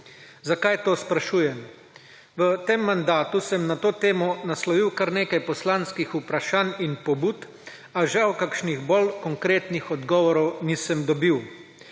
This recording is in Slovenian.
Zakaj to sprašujem? V tem mandatu sem na to temo naslovil kar nekaj poslanskih vprašanj in pobud, a žal kakšnih bolj konkretnih odgovorov nisem dobil.